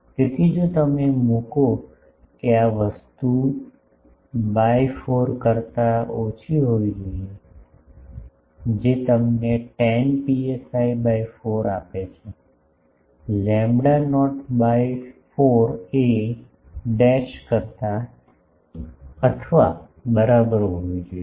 તેથી જો તમે મૂકો કે આ વસ્તુ બાય 4 કરતા ઓછી હોવી જોઈએ જે તમને tan પીએસઆઇ બાય 4 આપે છે લેમ્બડા નોટ બાય 4a ઓછી અથવા બરાબર હોવી જોઈએ